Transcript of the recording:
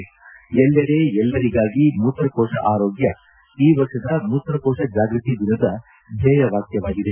ಎಲ್ಲೆಡೆ ಎಲ್ಲರಿಗಾಗಿ ಮೂತ್ರಕೋಶ ಆರೋಗ್ಕ ಈ ವರ್ಷದ ಮೂತ್ರಕೋಶ ಜಾಗೃತಿ ದಿನದ ಧ್ವೇಯ ವಾಕ್ಕವಾಗಿದೆ